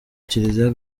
kiliziya